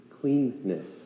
cleanness